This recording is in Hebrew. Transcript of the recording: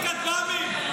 יורים כטב"מים.